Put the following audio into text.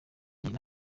agira